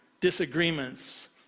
disagreements